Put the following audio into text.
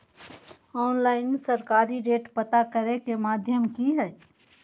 Online सरकारी rate पता करे के माध्यम की हय?